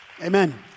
Amen